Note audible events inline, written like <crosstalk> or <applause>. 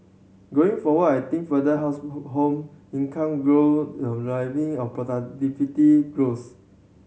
going forward I think further house <unintelligible> home income grow will arriving <unintelligible> productivity growth